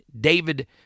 David